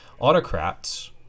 autocrats